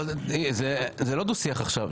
זה לא דו שיח עכשיו.